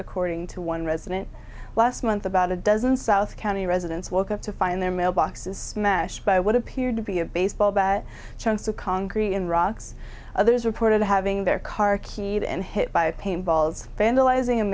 according to one resident last month about a dozen south county residents woke up to find their mailboxes smashed by what appeared to be a baseball bat chunks of concrete and rocks others reported having their car key and hit by a paint balls vandalizing